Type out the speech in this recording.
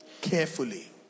carefully